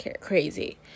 crazy